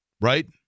right